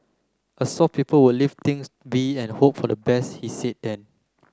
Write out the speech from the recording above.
a soft people would leave things be and hope for the best he said then